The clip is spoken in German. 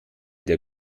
der